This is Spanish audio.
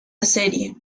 serie